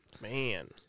Man